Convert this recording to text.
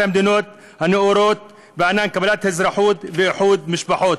המדינות הנאורות בעניין קבלת אזרחות ואיחוד משפחות.